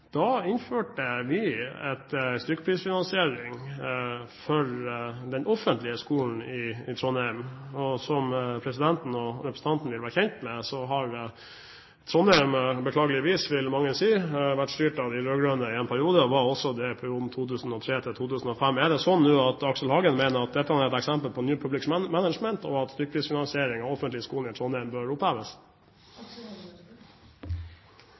Da innførte vi en stykkprisfinansiering for den offentlige skolen i Trondheim. Som presidenten og representanten vil være kjent med, har Trondheim – beklageligvis, vil mange si – vært styrt av de rød-grønne i en periode, og var det også i perioden 2003–2005. Er det slik nå at Aksel Hagen mener at dette er et eksempel på New Public Management, og at stykkprisfinansiering av den offentlige skolen i Trondheim bør oppheves?